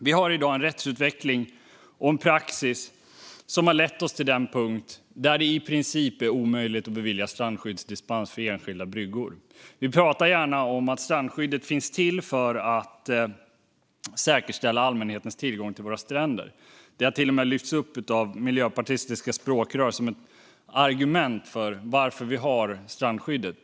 Vi har i dag en rättsutveckling och en praxis som har lett oss till den punkt där det i princip är omöjligt att bevilja strandskyddsdispens för enskilda bryggor. Vi pratar gärna om att strandskyddet finns till för att säkerställa allmänhetens tillgång till våra stränder. Det har till och med lyfts upp av miljöpartistiska språkrör som ett argument för varför vi har strandskyddet.